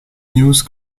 news